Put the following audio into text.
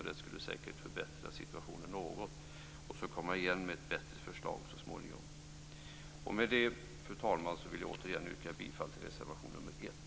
Det skulle säkert förbättra situationen något. Sedan kan man komma igen med ett bättre förslag så småningom. Fru talman! Med det vill jag återigen yrka bifall till reservation nr 1.